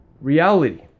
reality